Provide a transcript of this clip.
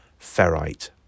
Ferrite